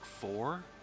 four